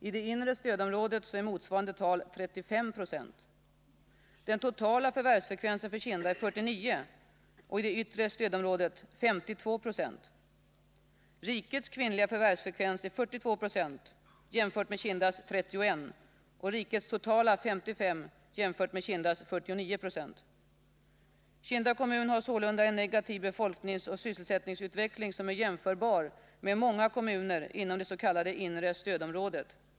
I det inre stödområdet är motsvarande tal 35 Den totala vensen för Kinda är 49 96 och i det yttre stödområdet 52 96. Rikets kvinnliga förvärvsfrekvens är 42 20, att jämföra med Kindas 31 96, och rikets totala förvärvsfrekvens är 55 26, att jämföra med Kindas 49 96. Kinda kommun har sålunda en negativ befolkningsoch sysselsättningsutveckling som är jämförbar med förhållandena i många kommuner inom det s.k. inre stödområdet.